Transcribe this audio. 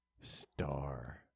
Star